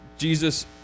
Jesus